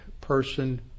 person